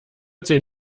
zehn